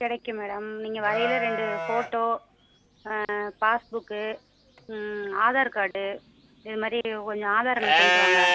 கிடைக்கும் மேடம் நீங்கள் வரையில் ரெண்டு ஃபோட்டோ பாஸ்புக் ஆதார் கார்டு இது மாதிரி கொஞ்சம் ஆதாரங்கள் கொண்டு வாங்க